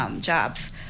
jobs